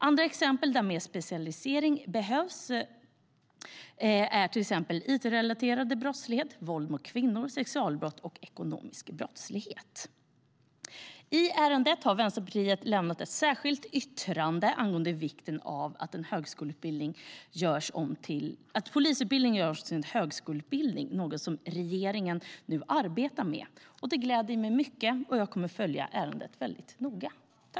Andra exempel där mer specialisering behövs är it-relaterad brottslighet, våld mot kvinnor, sexualbrott och ekonomisk brottslighet. I ärendet har Vänsterpartiet lämnat ett särskilt yttrande angående vikten av att polisutbildningen görs till en högskoleutbildning, något som regeringen nu arbetar med. Det gläder mig mycket, och jag kommer att följa ärendet väldigt noga.